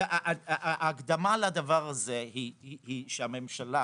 ההקדמה לדבר הזה היא שהממשלה